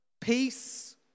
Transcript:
peace